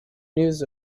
news